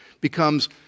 becomes